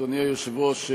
אדוני היושב-ראש,